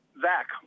Zach